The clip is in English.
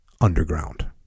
underground